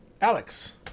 Alex